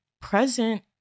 present